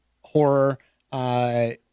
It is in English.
horror